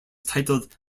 titled